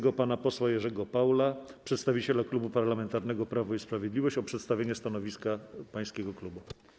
Proszę pana posła Jerzego Paula, przedstawiciela Klubu Parlamentarnego Prawo i Sprawiedliwość, o przedstawienie stanowiska klubu.